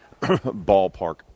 Ballpark